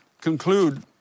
conclude